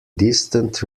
distant